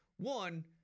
One